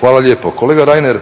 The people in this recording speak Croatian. Hvala lijepo. Kolega Reiner